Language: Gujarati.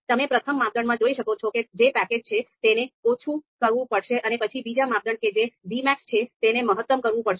તમે પ્રથમ માપદંડમાં જોઈ શકો છો કે જે પ્રિક્સ છે તેને ઓછું કરવું પડશે અને પછી બીજા માપદંડ કે જે Vmax છે તેને મહત્તમ કરવું પડશે